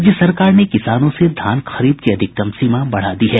राज्य सरकार ने किसानों से धान खरीद की अधिकतम सीमा बढ़ा दी है